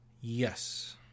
Yes